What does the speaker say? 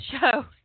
show